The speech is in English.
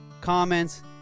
comments